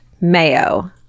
Mayo